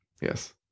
yes